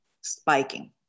spiking